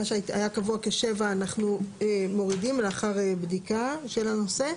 שהיה קבוע כ-7 אנחנו מורידים לאחר בדיקה של הנושא.